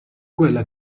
quella